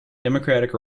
democratic